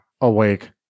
awake